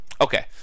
Okay